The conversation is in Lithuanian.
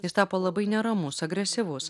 jis tapo labai neramus agresyvus